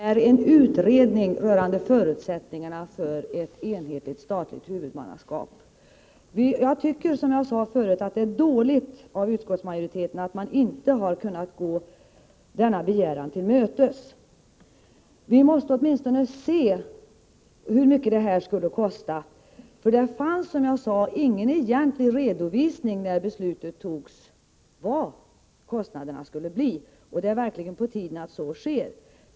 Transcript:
Herr talman! Vad vi nu diskuterar är en utredning rörande förutsättningarna för ett enhetligt statligt huvudmannaskap. Jag tycker, som jag sade förut, att det är dåligt av utskottsmajoriteten att man inte har kunnat gå denna begäran till mötes. Vi måste åtminstone se hur mycket det här skulle kosta. Det fanns, som jag sade, ingen egentlig redovisning av vad kostnaderna skulle bli, när beslutet fattades, och det är verkligen på tiden att en sådan kommer till stånd.